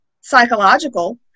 psychological